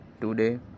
today